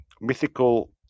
mythical